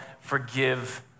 forgive